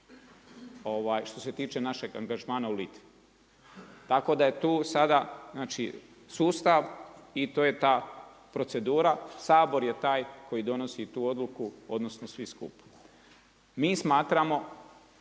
što se tiče našeg angažmana u Litvi. Tako da je tu sada znači sustav i to je ta procedura, Sabor je taj koji donosi tu odluku, odnosno svi skupa. Mi smatramo